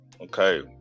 Okay